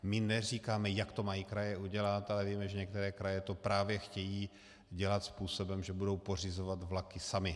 My neříkáme, jak to mají kraje udělat, ale víme, že některé kraje to právě chtějí dělat způsobem, že budou pořizovat vlaky samy.